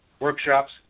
Workshops